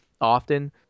often